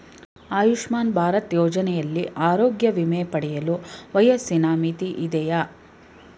ಆಯುಷ್ಮಾನ್ ಭಾರತ್ ಯೋಜನೆಯಲ್ಲಿ ಆರೋಗ್ಯ ವಿಮೆ ಪಡೆಯಲು ವಯಸ್ಸಿನ ಮಿತಿ ಇದೆಯಾ?